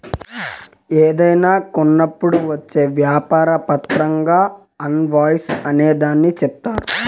ఏదైనా కొన్నప్పుడు వచ్చే వ్యాపార పత్రంగా ఇన్ వాయిస్ అనే దాన్ని చెప్తారు